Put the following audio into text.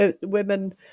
women